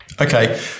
Okay